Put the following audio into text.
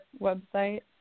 website